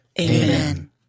Amen